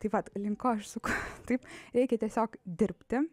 taip vat link ko aš suku taip reikia tiesiog dirbti